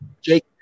Jake